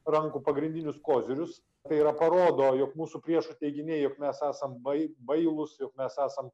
rankų pagrindinius kozirius tai yra parodo jog mūsų priešų teiginiai jog mes esam bai bailūs jog mes esam